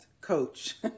coach